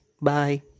Bye